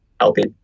helping